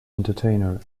entertainer